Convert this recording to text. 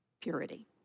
purity